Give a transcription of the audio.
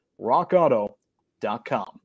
rockauto.com